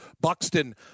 Buxton